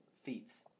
feats